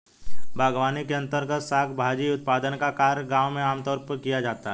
बागवानी के अंर्तगत शाक भाजी उत्पादन का कार्य गांव में आमतौर पर किया जाता है